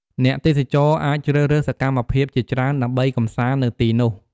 អ្នកទេសចរអាចជ្រើសរើសសកម្មភាពជាច្រើនដើម្បីកម្សាន្តនៅទីនោះ។